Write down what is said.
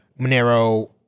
Monero